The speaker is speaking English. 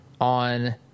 on